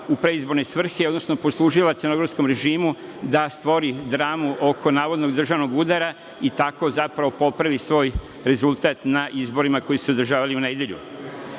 u predizborne svrhe, odnosno poslužila crnogorskom režimu da stvori dramu oko navodnog državnog udara i tako zapravo popravi svoj rezultat na izborima koji su se održavali u nedelju? Ovo